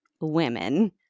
women